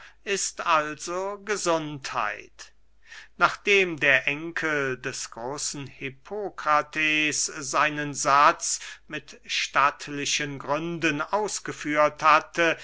ist also gesundheit nachdem der enkel des großen hippokrates seinen satz mit stattlichen gründen ausgeführt hatte